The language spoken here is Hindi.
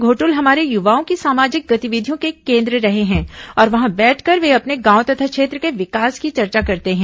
घोटुल हमारे युवाओं की सामाजिक गतिविधियों के कोन्द्र रहे हैं और वहां बैठकर वे अपने गांव तथा क्षेत्र के विकास की चर्चा करते हैं